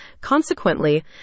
Consequently